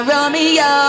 Romeo